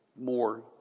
more